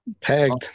pegged